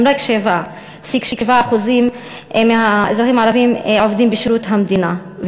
רק 7.7% מהאזרחים הערבים עובדים בשירות המדינה,